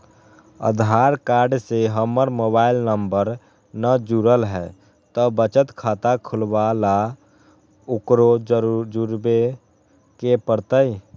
आधार card से हमर mobile number न जुरल है त बचत खाता खुलवा ला उकरो जुड़बे के पड़तई?